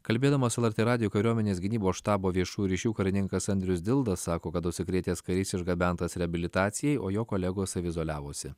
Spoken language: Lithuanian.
kalbėdamas lrt radijui kariuomenės gynybos štabo viešųjų ryšių karininkas andrius dilda sako kad užsikrėtęs karys išgabentas reabilitacijai o jo kolegos izoliavosi